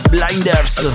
Blinders